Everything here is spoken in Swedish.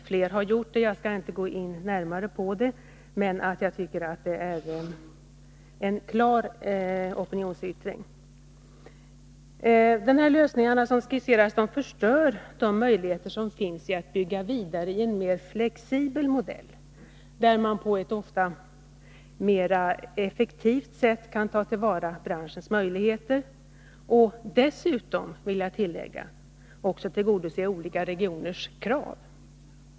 Flera har gjort det, och jag skall inte gå närmare in på det, men jag tycker att det är en klar opinionsyttring. De lösningar som skisserades förstör möjligheterna att bygga vidare i en flexibel modell, där man på ett ofta mer effektivt sätt kan ta till vara branschens möjligheter och, vill jag tillägga, dessutom tillgodose olika regioners krav.